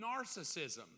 narcissism